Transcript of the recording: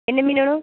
என்ன மீன் வேணும்